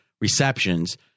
receptions